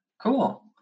cool